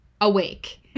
awake